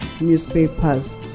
newspapers